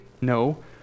No